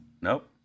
Nope